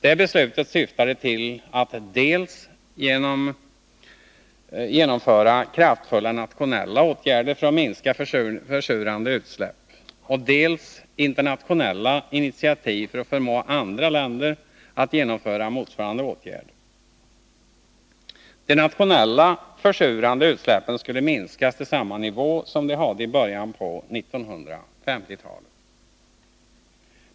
Det beslutet syftade till dels genomförande av kraftfulla nationella åtgärder för att minska försurande utsläpp, dels internationella initiativ för att förmå alla länder att genomföra motsvarande åtgärder. De nationella försurande utsläppen skulle minskas till samma nivå som de hade i början av 1950-talet.